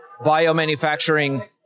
biomanufacturing